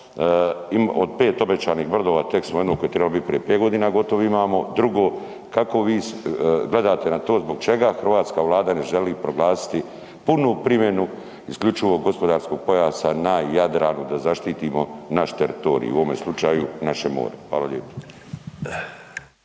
Od 5 obećanih brodova, tek smo jedno koje je trebalo biti prije 5 godina gotov, imamo, drugo, kako vi gledate na to, zbog čega hrvatska Vlada ne želi proglasiti punu primjenu isključivog gospodarskog pojasa na Jadranu, da zaštitimo naš teritorij, u ovome slučaju, naše more. Hvala lijepo.